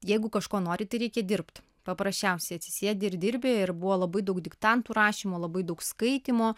jeigu kažko nori tai reikia dirbt paprasčiausiai atsisėdi ir dirbi ir buvo labai daug diktantų rašymo labai daug skaitymo